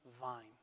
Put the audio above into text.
vine